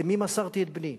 למי מסרתי את בני?